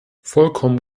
vollkommen